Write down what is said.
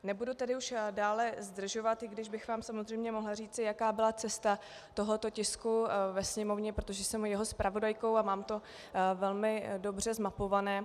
Nebudu tedy už dále zdržovat, i když bych vám samozřejmě mohla říci, jaká byla cesta tohoto tisku ve Sněmovně, protože jsem jeho zpravodajkou a mám to velmi dobře zmapované.